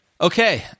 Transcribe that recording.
Okay